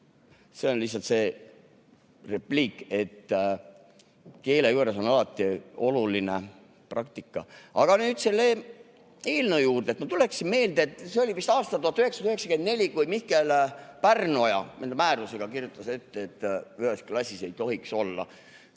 See on lihtsalt repliik, et keele juures on alati oluline praktika. Aga nüüd selle eelnõu juurde. Ma tuletan meelde, et see oli vist aastal 1994, kui Mihkel Pärnoja määrusega kirjutas ette, et ühes klassis ei tohiks olla